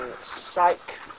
Psych